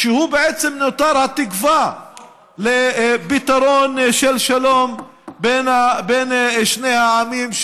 שהוא בעצם נותר התקווה לפתרון של שלום בין שני העמים,